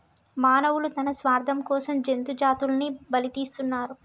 మానవులు తన స్వార్థం కోసం జంతు జాతులని బలితీస్తున్నరు